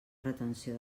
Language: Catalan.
retenció